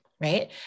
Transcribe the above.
right